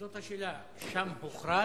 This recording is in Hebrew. זאת השאלה: שם הוכרז?